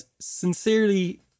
sincerely